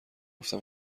گفتم